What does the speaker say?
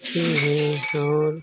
पक्षी हैं और